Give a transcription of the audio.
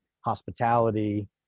hospitality